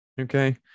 okay